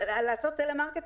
לעשות טלמרקטינג,